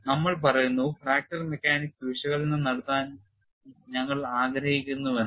നമ്മൾ പറയുന്നു fracture mechanics വിശകലനം നടത്താൻ ഞങ്ങൾ ആഗ്രഹിക്കുന്നു എന്ന്